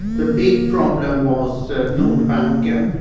the big problem was so nordbanken,